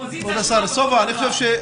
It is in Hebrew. אופוזיציה שתפנה לאוצר.